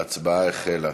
ההצבעה החלה.